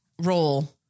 role